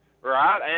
Right